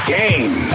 game